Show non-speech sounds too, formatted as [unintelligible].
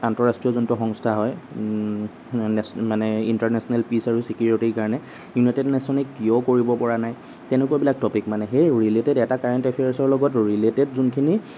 আন্তঃৰাষ্ট্ৰীয় যোনটো সংস্থা হয় মানে [unintelligible] ইণ্টাৰনেশ্যনেল পিচ আৰু চিকিউৰিটিৰ কাৰণে ইউনাইটেড নেশ্যনে কিয় কৰিব পৰা নাই তেনেকুৱাবিলাক টপিক মানে সেই ৰিলেটেড এটা কাৰেণ্ট এফেয়াৰ্চৰ লগত ৰিলেটেড যোনখিনি